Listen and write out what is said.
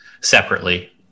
Separately